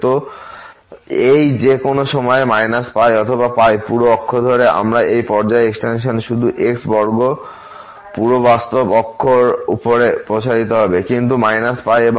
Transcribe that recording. তো এই যে কোন সময়ে অথবা পুরো অক্ষ ধরে আমরা এই পর্যায় এক্সটেনশন শুধু x বর্গ পুরো বাস্তব অক্ষ উপর এই প্রসারিত হবে কিন্তু এবং